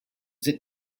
sind